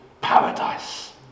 paradise